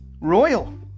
Royal